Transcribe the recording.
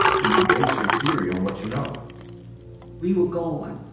then you base your theory on what you know we were gone,